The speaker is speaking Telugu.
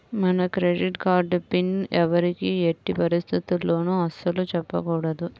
మన క్రెడిట్ కార్డు పిన్ ఎవ్వరికీ ఎట్టి పరిస్థితుల్లోనూ అస్సలు చెప్పకూడదు